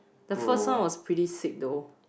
the first one was pretty sick though